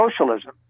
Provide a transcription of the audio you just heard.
Socialism